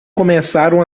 começaram